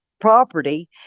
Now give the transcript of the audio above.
property